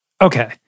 Okay